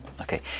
Okay